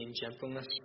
gentleness